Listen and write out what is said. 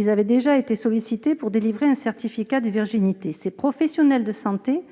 avoir déjà été sollicités pour délivrer un certificat de virginité. Ces professionnels de santé